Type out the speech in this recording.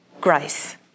grace